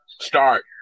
start